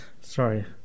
Sorry